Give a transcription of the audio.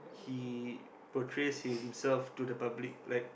he portrays himself to the public like